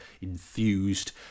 infused